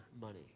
money